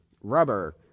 rubber